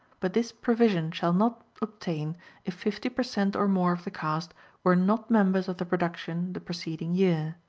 but this provision shall not obtain if fifty per cent or more of the cast were not members of the production the preceding year.